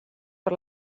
per